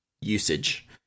usage